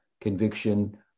conviction